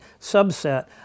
subset